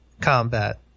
combat